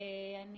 ואני